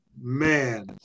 man